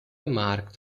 marked